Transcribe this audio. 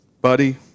buddy